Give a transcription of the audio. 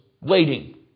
waiting